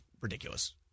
ridiculous